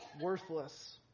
worthless